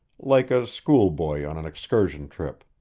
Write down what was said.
like a schoolboy on an excursion trip.